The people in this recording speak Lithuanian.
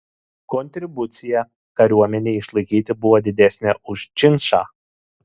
kontribucija kariuomenei išlaikyti buvo didesnė už činšą